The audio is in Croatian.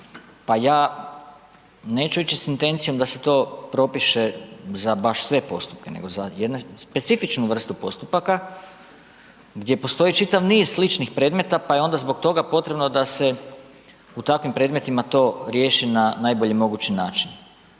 pa ja neću ići s intencijom da se to propiše za baš sve postupke nego za jednu specifičnu vrstu postupaka, gdje postoji čitav niz sličnih predmeta pa je onda zbog toga potrebno da se u takvim predmetima to riješi na najbolji mogući način.